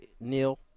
Neil